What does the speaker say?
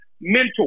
Mentor